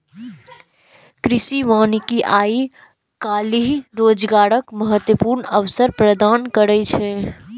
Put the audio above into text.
कृषि वानिकी आइ काल्हि रोजगारक महत्वपूर्ण अवसर प्रदान करै छै